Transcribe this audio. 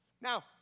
Now